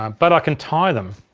um but i can tie them,